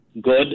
good